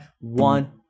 one